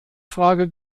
frage